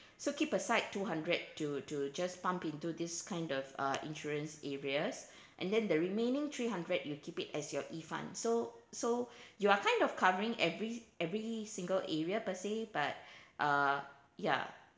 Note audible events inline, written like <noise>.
so keep aside two hundred to to just pump into this kind of uh insurance areas <breath> and then the remaining three hundred you will keep it as your E fund so so <breath> you are kind of covering every every single area per se but <breath> uh ya